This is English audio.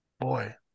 Boy